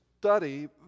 study